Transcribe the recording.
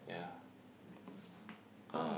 yeah uh